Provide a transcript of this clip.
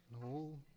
No